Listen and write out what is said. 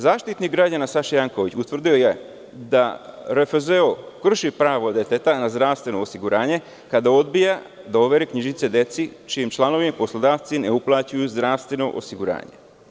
Zaštitnik građana Saša Janković, utvrdio je da RFZO krši pravo deteta na zdravstveno osiguranje, kada odbija da overi knjižice deci, čijim članovima poslodavci ne uplaćuju zdravstveno osiguranje.